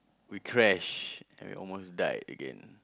we crash and we almost died again